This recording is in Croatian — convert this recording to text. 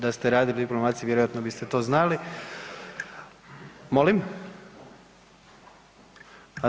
Da ste radili u diplomaciji vjerojatno biste to znali … [[Upadica iz klupe se ne razumije]] Molim?